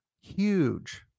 huge